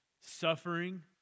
Suffering